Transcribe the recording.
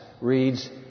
reads